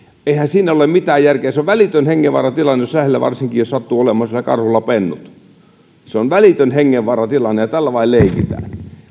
eihän siinä ole mitään järkeä se on välitön hengenvaaratilanne varsinkin jos sattuu olemaan karhulla pennut lähellä se on välitön hengenvaaratilanne ja tällä vain leikitään